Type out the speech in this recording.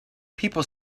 people